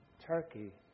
Turkey